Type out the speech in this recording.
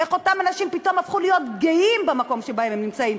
איך אותם אנשים פתאום הפכו להיות גאים במקום שבו הם נמצאים.